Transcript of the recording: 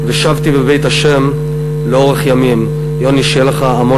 שבטך ומשענתך המה ינחמֻני.